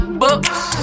books